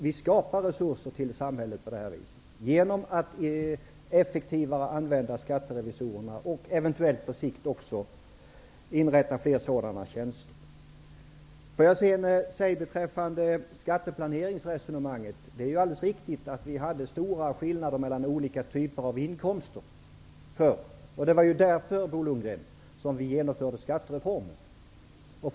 Vi skapar resurser till samhället på detta vis, genom att effektivare använda skatterevisorerna och på sikt eventuellt inrätta fler sådana tjänster. Beträffande skatteplaneringsresonemanget är det alldeles riktigt att det förr var stora skillnader mellan skatten på olika typer av inkomster. Det var därför vi genomförde skattereformen, Bo Lundgren.